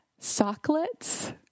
socklets